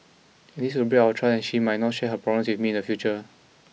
and this would break our trust and she might not share her problems with me in the future